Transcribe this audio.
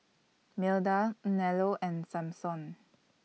Milda Nello and Samson